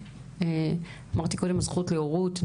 אמרתי קודם הזכות להורות,